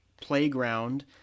playground